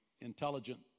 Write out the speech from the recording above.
Intelligent